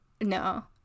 no